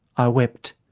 i wept,